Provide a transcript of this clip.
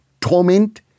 Torment